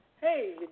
Hey